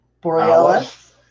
Borealis